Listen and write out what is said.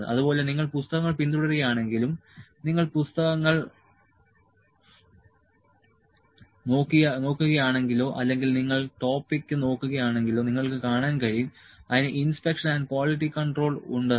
അതുപോലെ നിങ്ങൾ പുസ്തകങ്ങൾ പിന്തുടരുകയാണെങ്കിലും നിങ്ങൾ പുസ്തകങ്ങൾ നോക്കുകയാണെങ്കിലോ അല്ലെങ്കിൽ നിങ്ങൾ ടോപ്പിക്ക് നോക്കുകയാണെങ്കിലോ നിങ്ങൾക്ക് കാണാൻ കഴിയും അതിന് ഇൻസ്പെക്ഷൻ ആൻഡ് ക്വാളിറ്റി കൺട്രോൾ ഉണ്ടെന്ന്